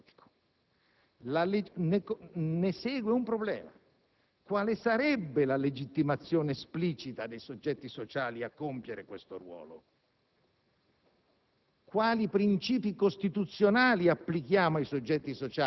implicazioni sull'assetto istituzionale e sul sistema politico. Ne segue un problema: quale sarebbe la legittimazione esplicita dei soggetti sociali a compiere questo ruolo?